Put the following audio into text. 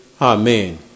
Amen